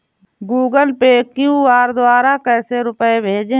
Google Pay QR द्वारा कैसे रूपए भेजें?